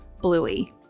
Bluey